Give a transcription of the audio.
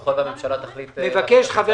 אם יימצאו המקורות ככל והממשלה תחליט --- מבקש חבר